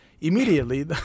Immediately